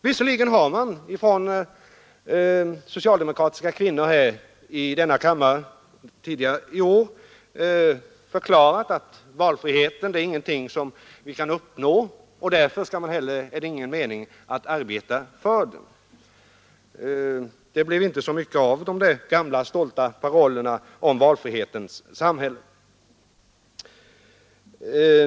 Visserligen har socialdemokratiska kvinnor i denna kammare tidigare i år förklarat att valfrihet inte kan uppnås och därför är det ingen mening med att arbeta för den. Det blir inte så mycket av de gamla stolta parollerna om valfrihetens samhälle.